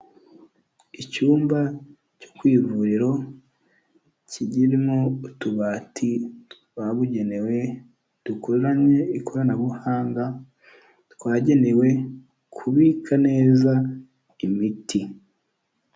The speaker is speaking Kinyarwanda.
Icyumba cyo ku ivuriro kirimo utubati twabugenewe dukoranye ikoranabuhanga, twagenewe kubika neza imiti.